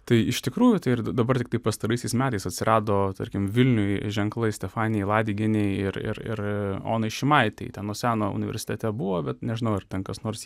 tai iš tikrųjų tai ir dabar tiktai pastaraisiais metais atsirado tarkim vilniuj ženklai stefanijai ladigienei ir ir ir onai šimaitei nuo seno universitete buvo bet nežinau ar ten kas nors